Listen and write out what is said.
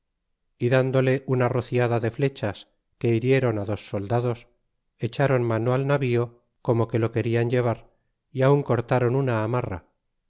y dándole una rociada de flechas que hirieron dos soldados echron mano al navío como que lo querian llevar y aun cortron una amarra